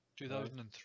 2003